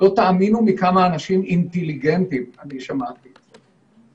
לא תאמינו מכמה אנשים אינטליגנטים אני שמעתי את זה.